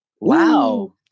Wow